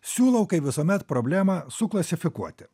siūlau kaip visuomet problemą suklasifikuoti